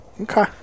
Okay